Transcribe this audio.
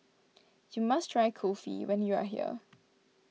you must try Kulfi when you are here